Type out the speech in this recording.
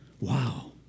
Wow